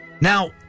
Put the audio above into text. Now